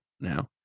now